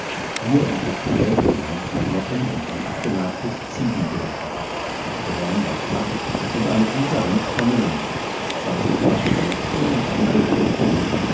hier entdeckte er gebleichte knochen und ein abgenagtes ziegengerippe das gehörn war flach und eine gute handspanne lang es zeigte schwache wülste und eine geringe krümmung